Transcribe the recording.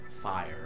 fire